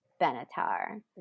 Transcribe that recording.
Benatar